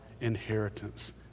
inheritance